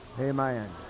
Amen